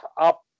up